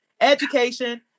education